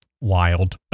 Wild